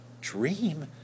Dream